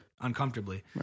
uncomfortably